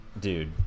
dude